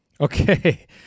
Okay